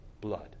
blood